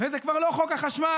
וזה כבר לא חוק החשמל.